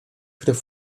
viele